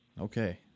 okay